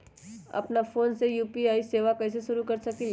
अपना फ़ोन मे यू.पी.आई सेवा कईसे शुरू कर सकीले?